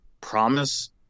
promise